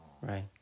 Right